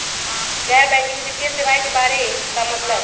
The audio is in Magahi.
गैर बैंकिंग वित्तीय सेवाए के बारे का मतलब?